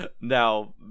Now